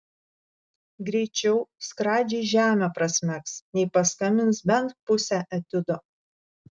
greičiau skradžiai žemę prasmegs nei paskambins bent pusę etiudo